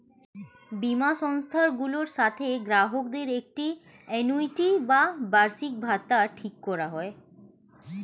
বীমা সংস্থাগুলোর সাথে গ্রাহকদের একটি আ্যানুইটি বা বার্ষিকভাতা ঠিক করা হয়